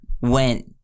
went